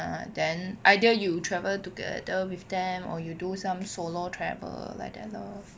and then either you travel together with them or you do some solo travel like that lor